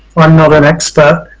i'm not an expert.